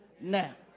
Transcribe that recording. now